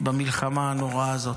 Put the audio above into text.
במלחמה הנוראה הזאת.